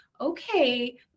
okay